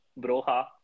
Broha